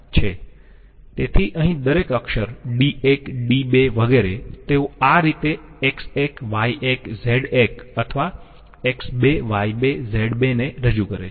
તેથી અહીં દરેક અક્ષર D1 D2 વગેરે તેઓ આ રીતે x1 y1 z1 અથવા x2 y2 z2 ને રજૂ કરે છે